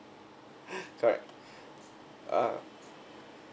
correct uh